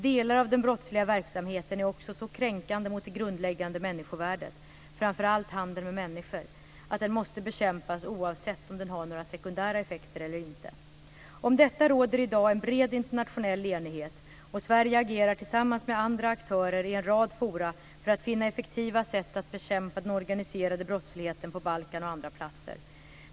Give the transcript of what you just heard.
Delar av den brottsliga verksamheten är också så kränkande mot det grundläggande människovärdet - framför allt handeln med människor - att den måste bekämpas oavsett om den har några sekundära effekter eller inte. Om detta råder i dag en bred internationell enighet, och Sverige agerar tillsammans med andra aktörer i en rad forum för att finna effektiva sätt att bekämpa den organiserade brottsligheten på Balkan och andra platser.